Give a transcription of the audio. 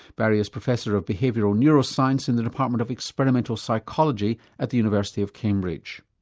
barry is professor of behavioural neuroscience in the department of experimental psychology at the university of cambridge.